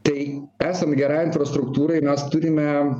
tai esant gerai infrastruktūrai mes turime